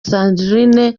sandrine